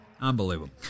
Unbelievable